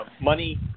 money